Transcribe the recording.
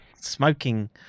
smoking